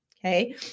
Okay